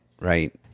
right